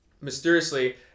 Mysteriously